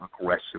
aggressive